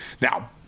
Now